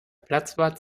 platzwart